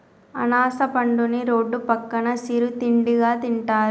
అనాస పండుని రోడ్డు పక్కన సిరు తిండిగా తింటారు